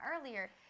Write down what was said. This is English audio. earlier